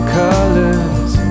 colors